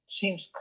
seems